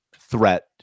threat